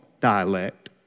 dialect